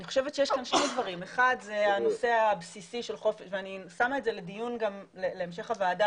אני חושבת שיש כאן שני דברים - ואני שמה את זה לדיון גם להמשך הוועדה,